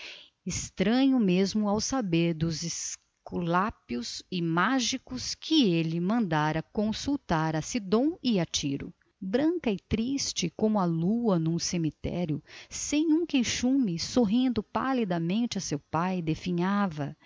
estranho mesmo ao saber dos esculápios e mágicos que ele mandara consultar a sídon e a tiro branca e triste como a lua num cemitério sem um queixume sorrindo palidamente a seu pai definhava